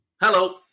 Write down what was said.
Hello